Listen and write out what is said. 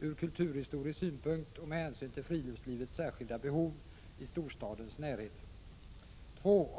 ur kulturhistorisk synpunkt och med hänsyn till friluftslivets särskilda behov i storstadens närhet? 2.